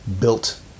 built